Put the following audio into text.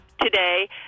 today